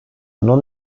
non